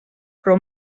però